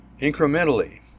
incrementally